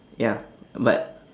ya but